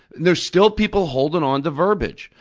there's still people holding on to verbiage.